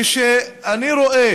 כשאני רואה